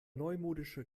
neumodische